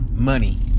money